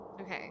Okay